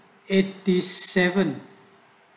eighty seven